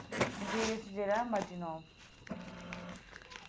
जे किश जेह्ड़ा मर्जी नुआओ